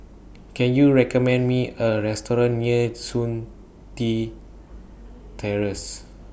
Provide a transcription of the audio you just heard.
Can YOU recommend Me A Restaurant near Chun Tin Terrace